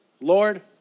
Lord